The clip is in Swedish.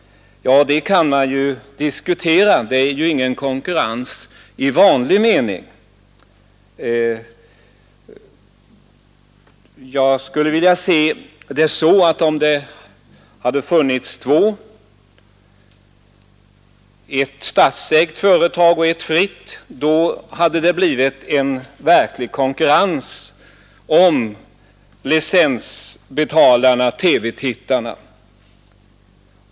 Det kan man diskutera. Det är ju ingen konkurrens i vanlig mening. Jag skulle vilja se det så att om det hade funnits två företag, ett statsägt och ett fritt, hade det blivit en verklig konkurrens om licensbetalarna-tittarna.